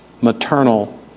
maternal